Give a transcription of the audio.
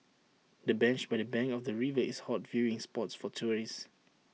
the bench by the bank of the river is A hot viewing spots for tourists